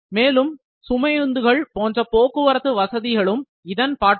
மேலும் சுமையுந்துகள் போன்ற போக்குவரத்து வசதிகளும் இதன் பாற்படும்